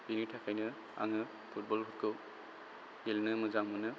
बिनि थाखायनो आङो फुटबलखौ गेलेनो मोजां मोनो